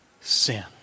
sin